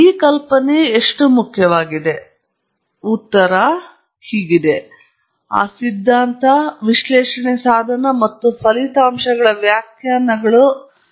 ಹಾಗಾಗಿ ನೀವು ಇಲ್ಲಿನ ರೂಪಾಂತರಗಳು ಅಥವಾ ಸಿಗ್ನಲ್ನ ಯಾವುದೇ ವಿಶಿಷ್ಟ ಗುಣಲಕ್ಷಣಗಳನ್ನು ನೋಡುತ್ತಿರುವಿರಾ ಇಲ್ಲಿ ನೀವು ನಿಜವಾಗಿಯೂ ಪುಸ್ತಕಗಳಿಗೆ ಹಿಂತಿರುಗಿ ಹೋಗಬೇಕು ಮತ್ತು ನಾನು ನೋಡುವ ಸಿಗ್ನಲ್ಗೆ ಹೇಗೆ ವ್ಯಾಖ್ಯಾನಿಸಲ್ಪಡಬೇಕು ಎಂಬುದನ್ನು ಇಲ್ಲಿ ಕೆಳಗೆ ತೋರಿಸಬೇಕು